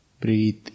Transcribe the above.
breathe